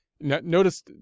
notice